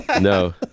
No